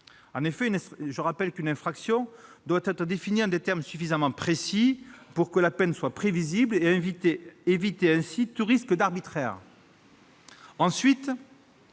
En effet, je rappelle qu'une infraction doit être définie en des termes suffisamment précis pour que la peine soit prévisible et afin d'éviter ainsi tout risque d'arbitraire.